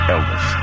Elvis